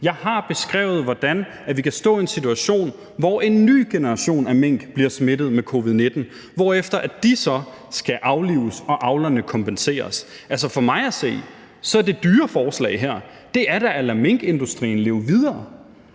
Jeg har beskrevet, hvordan vi kan stå i en situation, hvor en ny generation af mink bliver smittet med covid-19, hvorefter de så skal aflives og avlerne kompenseres. For mig at se er det dyre forslag her i dag da at lade minkindustrien leve videre.